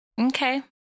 Okay